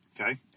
Okay